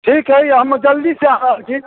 ठीक अछि हम जल्दी से आ रहल छी